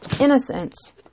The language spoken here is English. innocence